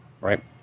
right